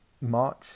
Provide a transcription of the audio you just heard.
march